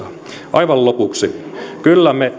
aivan lopuksi kyllä me